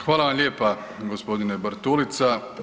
Hvala vam lijepa gospodine BArtulica.